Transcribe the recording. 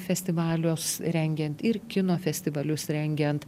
festivalius rengiant ir kino festivalius rengiant